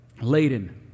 laden